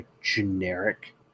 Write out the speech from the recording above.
generic